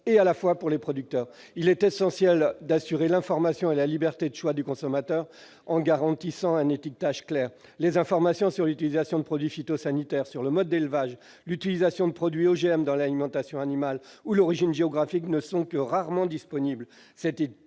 et pour les producteurs. Il est essentiel d'assurer l'information et la liberté de choix du consommateur, en garantissant un étiquetage clair. Les informations sur l'utilisation de produits phytosanitaires, sur le mode d'élevage et l'utilisation de produits OGM dans l'alimentation animale ou sur l'origine géographique ne sont que rarement disponibles.